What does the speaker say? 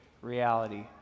reality